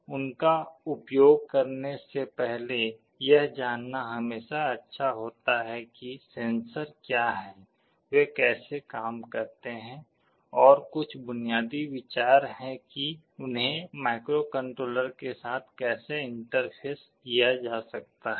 उनका उपयोग करने से पहले यह जानना हमेशा अच्छा होता है कि सेंसर क्या हैं वे कैसे काम करते हैं और कुछ बुनियादी विचार हैं कि उन्हें माइक्रोकंट्रोलर के साथ कैसे इंटरफ़ेस किया जा सकता है